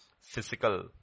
physical